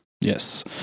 Yes